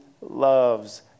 loves